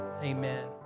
Amen